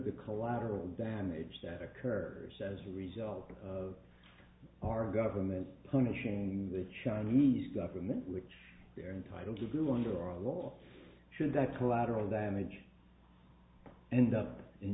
the collateral damage that occurs as a result of our government punishing the chinese government which they're entitled to do under our law should that collateral damage end up in